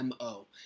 MO